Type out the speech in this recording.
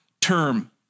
term